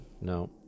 No